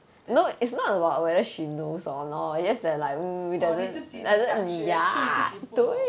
oh 你自己的感觉对自己不好